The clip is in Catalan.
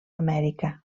amèrica